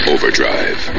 Overdrive